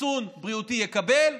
חיסון בריאותי יקבל,